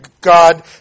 God